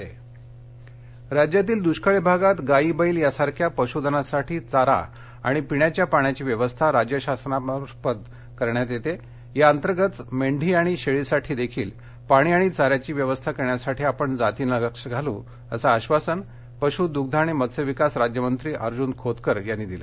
पशधन चारा व्यवस्था राज्यातील दुष्काळी भागात गाई बैल यासारख्या पशूधनासाठी चारा आणि पिण्याच्या पाण्याची व्यवस्था राज्य शासनामार्फत करण्यात येते याअंतर्गतच मेंढी आणि शेळीसाठी देखील पाणी आणि चाऱ्याची व्यवस्था करण्यासाठी आपण जातीने लक्ष घालू असं आधासन पशू दुग्ध आणि मत्स्य विकास राज्यमंत्री अर्जुन खोतकर यांनी दिलं